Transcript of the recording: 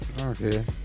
Okay